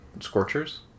scorchers